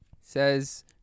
says